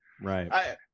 Right